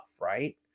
right